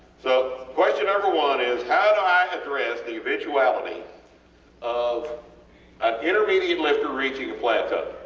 so, question number one is how do i address the eventuality of an intermediate lifter reaching a plateau?